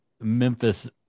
memphis